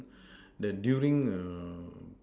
that during err